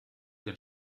den